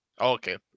okay